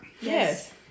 Yes